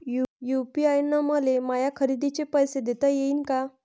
UPI न मले माया खरेदीचे पैसे देता येईन का?